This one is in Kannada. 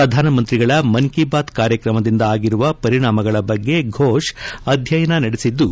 ಪ್ರಧಾನಮಂತ್ರಿಗಳ ಮನ್ ಕಿ ಬಾತ್ ಕಾರ್ಯಕ್ರಮದಿಂದ ಆಗಿರುವ ಪರಿಣಾಮಗಳ ಬಗ್ಗೆ ಫೋಶ್ ಅವರು ಅಧ್ಯಯನ ನಡೆಸಿದ್ದು